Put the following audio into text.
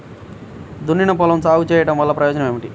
దున్నిన పొలంలో సాగు చేయడం వల్ల ప్రయోజనం ఏమిటి?